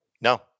No